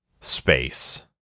space